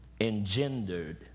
engendered